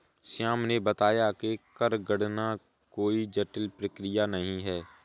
श्याम ने बताया कि कर गणना कोई जटिल प्रक्रिया नहीं है